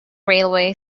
railway